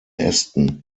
ästen